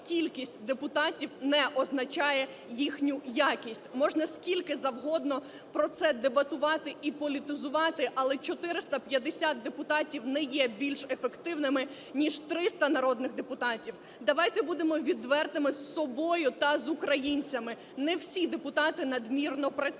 кількість депутатів не означає їхню якість. Можна скільки завгодно про це дебатувати і політизувати, але 450 депутатів не є більш ефективними ніж 300 народних депутатів. Давайте будемо відвертими з собою та з українцями, не всі депутати надмірно працюють.